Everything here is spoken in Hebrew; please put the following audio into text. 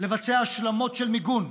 לבצע השלמות של מיגון,